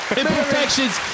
imperfections